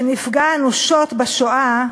שנפגע אנושות בשואה,